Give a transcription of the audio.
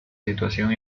situación